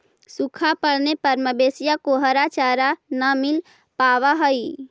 सूखा पड़ने पर मवेशियों को हरा चारा न मिल पावा हई